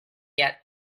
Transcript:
get